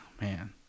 man